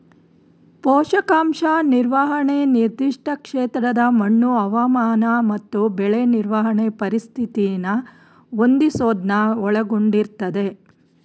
ಪೋಷಕಾಂಶ ನಿರ್ವಹಣೆ ನಿರ್ದಿಷ್ಟ ಕ್ಷೇತ್ರದ ಮಣ್ಣು ಹವಾಮಾನ ಮತ್ತು ಬೆಳೆ ನಿರ್ವಹಣೆ ಪರಿಸ್ಥಿತಿನ ಹೊಂದಿಸೋದನ್ನ ಒಳಗೊಂಡಿರ್ತದೆ